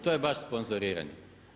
To je baš sponzoriranje.